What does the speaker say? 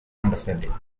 understanding